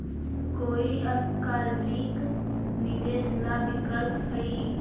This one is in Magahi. कोई अल्पकालिक निवेश ला विकल्प हई?